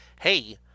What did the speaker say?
hey